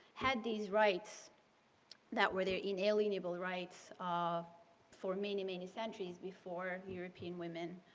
had these rights that were their inalienable rights um for many, many centuries before european women